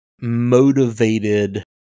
motivated